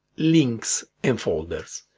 links and folders